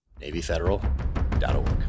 NavyFederal.org